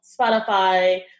Spotify